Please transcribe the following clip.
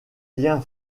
lien